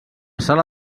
sala